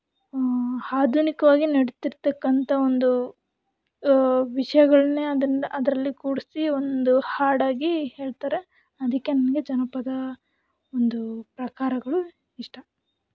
ಆಧುನಿಕ್ವಾಗಿ ನಡ್ತಿರ್ತಕ್ಕಂಥ ಒಂದು ವಿಷಯಗಳನ್ನೇ ಅದನ್ನ ಅದರಲ್ಲಿ ಕೂಡಿಸಿ ಒಂದು ಹಾಡಾಗಿ ಹೇಳ್ತಾರೆ ಅದಕ್ಕೆ ನನಗೆ ಜನಪದ ಒಂದು ಪ್ರಕಾರಗಳು ಇಷ್ಟ